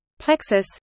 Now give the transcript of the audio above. Plexus